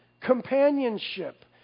companionship